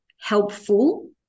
helpful